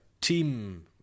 team